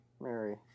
Mary